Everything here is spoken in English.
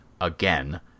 again